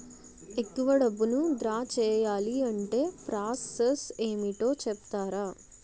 ఎక్కువ డబ్బును ద్రా చేయాలి అంటే ప్రాస సస్ ఏమిటో చెప్తారా?